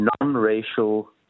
non-racial